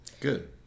Good